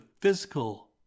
physical